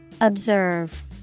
Observe